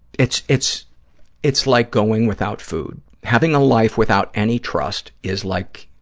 it's, it's it's like going without food, having a life without any trust is like,